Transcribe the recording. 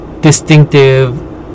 distinctive